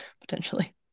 potentially